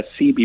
CB